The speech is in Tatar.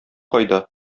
кайда